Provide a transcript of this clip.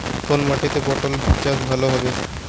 কোন মাটিতে পটল চাষ ভালো হবে?